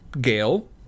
gail